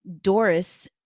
Doris